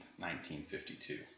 1952